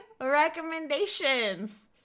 recommendations